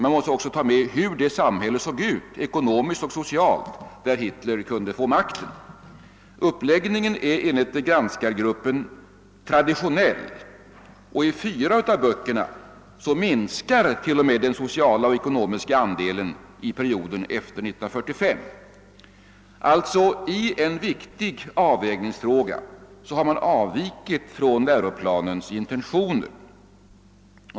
Man måste också redovisa hur det samhälle såg ut ekonomiskt och socialt, där Hitler kunde få makten. Uppläggningen är enligt granskargruppen traditionell, och i fyra av böckerna minskar t.o.m. den ekonomiska och sociala andelen i beskrivningen av perioden efter 1945. I en viktig avvägningsfråga har man alltså avvikit från läroplanens intentioner.